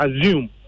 assume